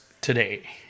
today